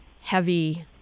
heavy